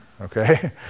okay